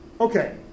Okay